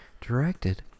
directed